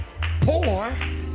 poor